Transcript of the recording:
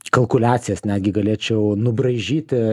kalkuliacijas netgi galėčiau nubraižyti